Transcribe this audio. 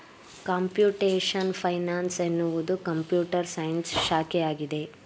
computation finance ಎನ್ನುವುದು computer science ಶಾಖೆಯಾಗಿದೆ